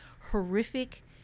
horrific